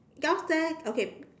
last time okay